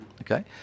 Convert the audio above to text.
Okay